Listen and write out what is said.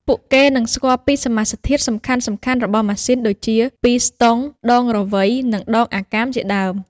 ពួកគេនឹងស្គាល់ពីសមាសធាតុសំខាន់ៗរបស់ម៉ាស៊ីនដូចជា ពីស្តុង, ដងរវៃ និង ដងអាកាម ជាដើម។